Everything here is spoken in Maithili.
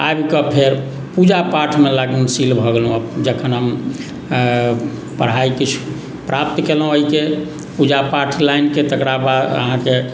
आबिके फेर पूजा पाठमे लग्नशील भऽ गेलहुँ जखन हम पढ़ाइ किछु प्राप्ति केलहुँ एहिके पूजा पाठ लाइनके तकरा बाद अहाँके